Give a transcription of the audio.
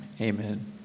Amen